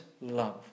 love